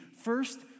First